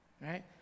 Right